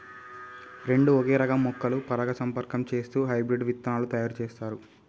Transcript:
రెండు ఒకే రకం మొక్కలు పరాగసంపర్కం చేస్తూ హైబ్రిడ్ విత్తనాలు తయారు చేస్తారు